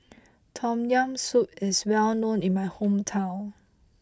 Tom Yam Soup is well known in my hometown